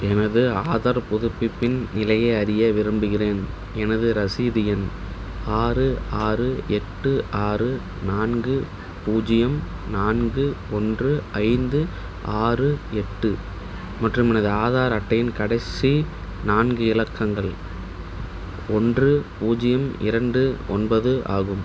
எனது ஆதார் புதுப்பிப்பின் நிலையை அறிய விரும்புகிறேன் எனது ரசீது எண் ஆறு ஆறு எட்டு ஆறு நான்கு பூஜ்ஜியம் நான்கு ஒன்று ஐந்து ஆறு எட்டு மற்றும் எனது ஆதார் அட்டையின் கடைசி நான்கு இலக்கங்கள் ஒன்று பூஜ்ஜியம் இரண்டு ஒன்பது ஆகும்